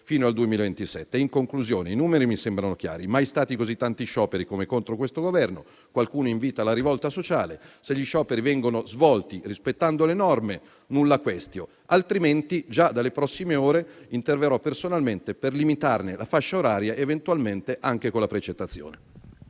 fino al 2027. In conclusione, i numeri mi sembrano chiari; mai stati così tanti scioperi come contro questo Governo, qualcuno invita alla rivolta sociale. Se gli scioperi vengono svolti rispettando le norme, *nulla quaestio*; altrimenti, già dalle prossime ore, interverrò personalmente per limitarne la fascia oraria, eventualmente anche con la precettazione.